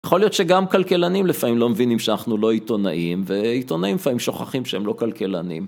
יכול להיות שגם כלכלנים לפעמים לא מבינים שאנחנו לא עיתונאים ועיתונאים לפעמים שוכחים שהם לא כלכלנים.